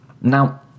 Now